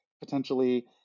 potentially